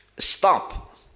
Stop